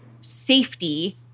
safety